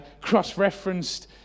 cross-referenced